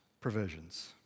Provisions